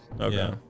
Okay